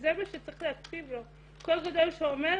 וזה מה שצריך להקשיב לו קול גדול שאומר